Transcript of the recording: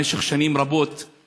במשך שנים רבות,